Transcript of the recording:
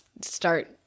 start